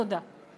תודה.